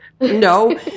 No